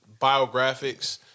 Biographics